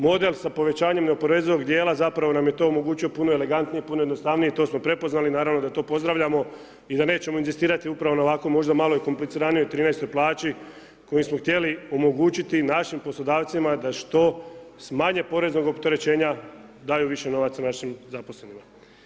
Model sa povećanjem neoporezivog dijela, zapravo nam je to omogućio puno elegantnije, puno jednostavnije, i to smo prepoznali, i naravno da to pozdravljamo, i da nećemo inzistirati upravo na ovakvo možda kompliciranijoj 13.-oj plaći, kojim smo htjeli omogućiti našim poslodavcima da, što sa manje poreznog opterećenja, daju više novaca našim zaposlenika.